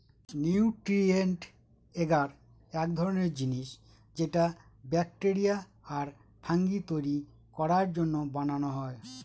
nutrient এগার এক ধরনের জিনিস যেটা ব্যাকটেরিয়া আর ফাঙ্গি তৈরী করার জন্য বানানো হয়